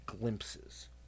glimpses